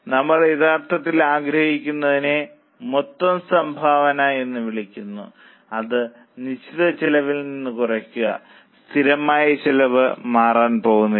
നമ്മൾ യഥാർത്ഥത്തിൽ ആഗ്രഹിക്കുന്നതിനെ മൊത്തം സംഭാവന എന്ന് വിളിക്കുന്നു അത് നിശ്ചിത ചെലവിൽ നിന്ന് കുറയ്ക്കുക സ്ഥിരമായ ചെലവ് മാറാൻ പോകുന്നില്ല